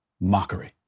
mockery